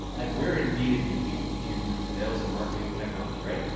like we're in b two b. we do b two b sales and marketing technology, right?